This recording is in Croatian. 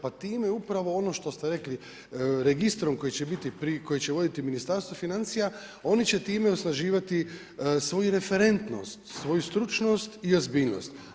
Pa tim je upravo je ono što ste rekli, registrom koji će voditi Ministarstvo financija, oni će time osnaživati svoju referentnost, svoju stručnost i ozbiljnost.